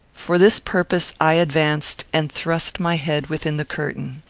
for this purpose i advanced and thrust my head within the curtain.